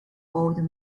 old